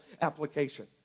application